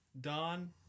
Don